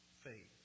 Faith